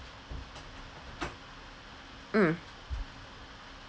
mm